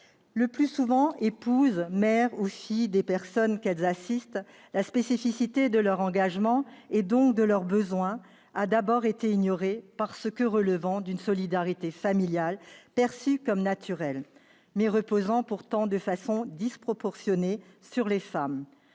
le plus souvent épouses, mères ou filles des personnes qu'elles assistent, la spécificité de leur engagement, et donc de leurs besoins, a d'abord été ignorée, parce que relevant d'une solidarité familiale perçue comme naturelle, mais reposant pourtant de façon disproportionnée sur les femmes.